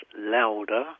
louder